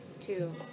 Two